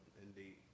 indeed